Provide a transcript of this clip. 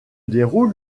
déroule